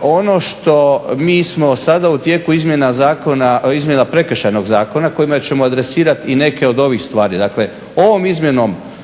ono što, mi smo sada u tijeku izmjena zakona, izmjena Prekršajnog zakona kojima ćemo adresirat i neke od ovih stvari.